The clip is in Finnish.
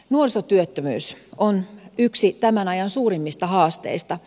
nuorisotyöttömyys on yksi tämän ajan suurimmista haasteista